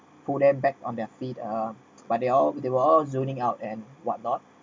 pull them back on their feet uh but they all they were all zoning out and what not